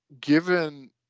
given